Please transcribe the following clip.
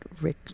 Rick